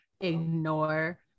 ignore